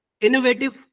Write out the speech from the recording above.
innovative